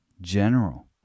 general